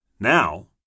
Now